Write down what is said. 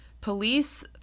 Police